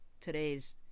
today's